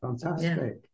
Fantastic